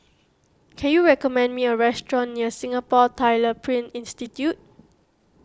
can you recommend me a restaurant near Singapore Tyler Print Institute